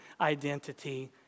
identity